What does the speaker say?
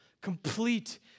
complete